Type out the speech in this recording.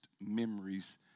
memories